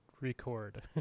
record